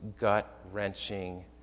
gut-wrenching